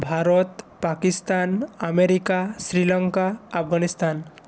Bharat Pakistan America Sri Lanka Afghanistan